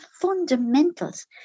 fundamentals